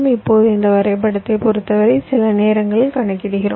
இப்போது இந்த வரைபடத்தைப் பொறுத்தவரை சில நேரங்களில் கணக்கிடுகிறோம்